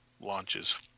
launches